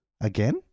Again